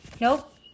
Nope